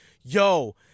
yo